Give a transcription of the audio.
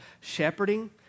shepherding